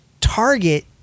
Target